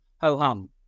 ho-hum